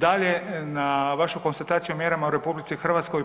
Dalje, na vašu konstataciju o mjerama u RH